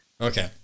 Okay